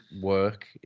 work